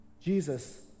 Jesus